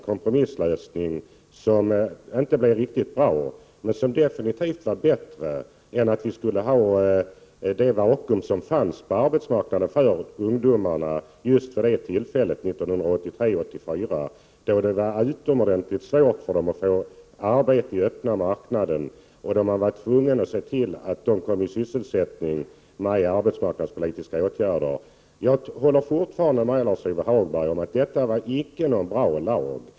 Kompromisslösningen blev inte riktigt bra, men den var avgjort bättre än det vakuum som fanns på arbetsmarknaden för ungdomar | na just vid det tillfället. 1983 och 1984 var det ju utomordentligt svårt för ungdomarna att få arbete på den öppna marknaden. Man var tvungen att | genom arbetsmarknadspolitiska åtgärder se till att ungdomarna fick syssel sättning. Jag håller fortfarande med Lars-Ove Hagberg om att det inte var | någon bra lag.